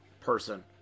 person